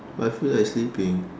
but I feel like sleeping